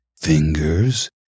fingers